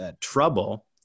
trouble